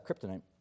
kryptonite